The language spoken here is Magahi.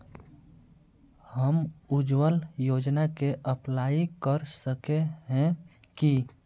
हम उज्वल योजना के अप्लाई कर सके है की?